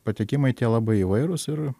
patikimai tie labai įvairūs ir